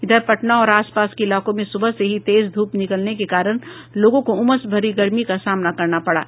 इधर पटना और आसपास के इलाकों में सुबह से ही तेज धूप निकलने के कारण लोगों को उमस भरी गर्मी का सामना करना पड़ा